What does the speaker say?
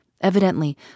Evidently